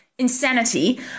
Insanity